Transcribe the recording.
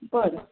बरं